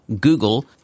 Google